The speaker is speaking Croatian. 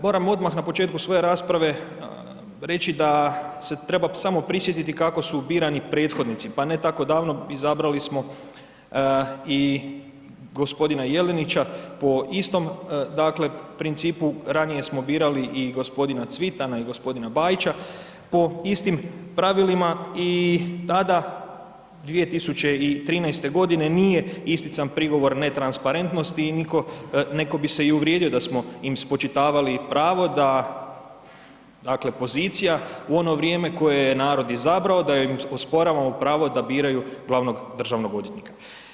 Moram odmah na početku svoje rasprave reći da se treba samo prisjetiti kako su birani prethodnici, pa ne tako davno izabrali smo i g. Jelenića po istom dakle principu, ranije smo birali i g. Cvitana i g. Bajića po istim pravilima i tada 2013. g. nije istican prigovor netransparentnosti i neko bi se i uvrijedio da smo im spočitavali pravo da dakle pozicija u ono vrijeme koje je narod izabrao, da im osporavamo pravo da biraju glavnog državnog odvjetnika.